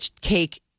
cake